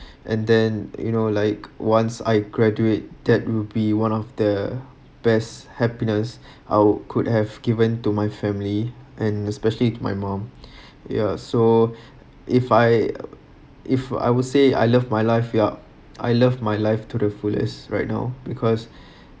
and then you know like once I graduate that will be one of the best happiness I’ll could have given to my family and especially to my mom ya so if I if I would say I love my life yup I love my life to the fullest right now because